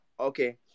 Okay